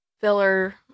filler